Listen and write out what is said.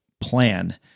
plan